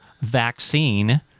vaccine